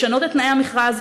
לשנות את תנאי המכרז,